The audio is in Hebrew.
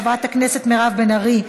חברת הכנסת מירב בן ארי,